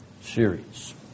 series